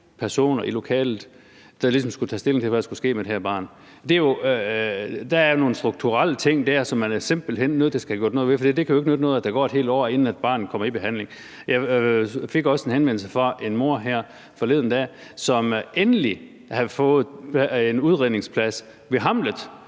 personer i lokalet, der ligesom skulle tage stilling til, hvad der skulle ske med det her barn. Der er nogle strukturelle ting dér, som man simpelt hen er nødt til at få gjort noget ved, for det kan ikke nytte noget, at der går et helt år, inden barnet kommer i behandling. Jeg fik også en henvendelse fra en mor forleden dag, som endelig havde fået en udredningsplads ved